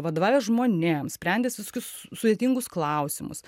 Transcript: vadovavęs žmonėms sprendęs visokius sudėtingus klausimus